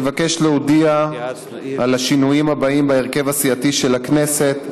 אני מבקש להודיע על שינויים בהרכב הסיעתי של הכנסת.